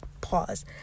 Pause